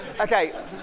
Okay